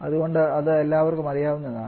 അതുകൊണ്ട് അത് എല്ലാവർക്കും അറിയാവുന്നതാണ്